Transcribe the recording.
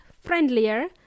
friendlier